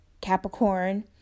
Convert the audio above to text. capricorn